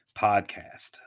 podcast